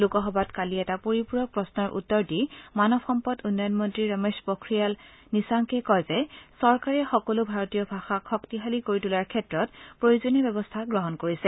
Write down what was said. লোকসভাত কালি এটা পৰিপূৰক প্ৰশ্নৰ উত্তৰ দি মানৱ সম্পদ উন্নয়ন মন্তী ৰমেশ পোখিয়াল নিচাংকে কয় যে চৰকাৰে সকলো ভাৰতীয় ভাষাক শক্তিশালী কৰি তোলাৰ ক্ষেত্ৰত প্ৰয়োজনীয় ব্যৱস্থা গ্ৰহণ কৰিছে